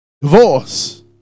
Divorce